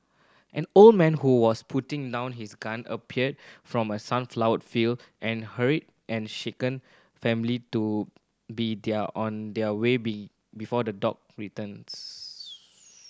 an old man who was putting down his gun appeared from the sunflower field and hurried and shaken family to be their on their way be before the dog returns